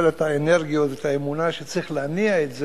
לא היו לו האנרגיות והאמונה שצריך להניע את זה,